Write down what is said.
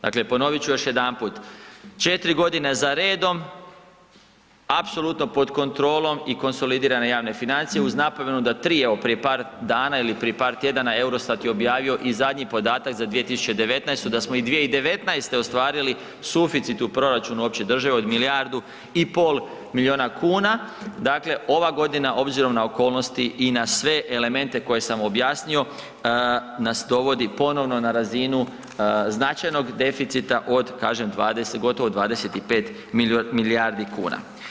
Dakle ponovit ću još jedanput, 4 godine za redom apsolutno pod kontrolom i konsolidirane javne financije uz napomenuo da … prije par dana ili par tjedana EUROSTAT je objavio i zadnji podatak za 2019.da smo i 2019.ostvarili suficit u proračunu opće države od milijardu i pol milijuna kuna, dakle ova godina obzirom na okolnosti i na sve elemente koje sam objasnio nas dovodi ponovno na razinu značajnog deficita od kažem gotovo 25 milijardi kuna.